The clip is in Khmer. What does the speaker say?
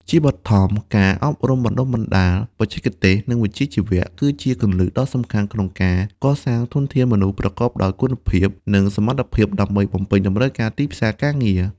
ជាបឋម ការអប់រំបណ្តុះបណ្តាលបច្ចេកទេស និងវិជ្ជាជីវៈ គឺជាគន្លឹះដ៏សំខាន់ក្នុងការកសាងធនធានមនុស្សប្រកបដោយគុណភាព និងសមត្ថភាពដើម្បីបំពេញតម្រូវការទីផ្សារការងារ។